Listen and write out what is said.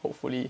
hopefully